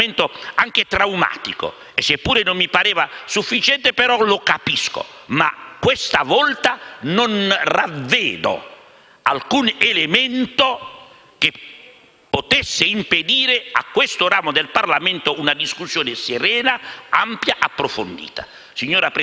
alcun elemento che potesse impedire a questo ramo del Parlamento una discussione serena, ampia e approfondita. Signora Presidente, la prego di tener conto di questa mia osservazione perché non si abbia più a vedere